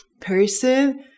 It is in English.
person